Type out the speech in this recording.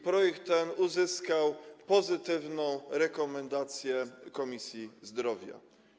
Projekt ten uzyskał pozytywną rekomendację Komisji Zdrowia.